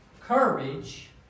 courage